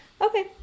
Okay